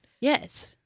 Yes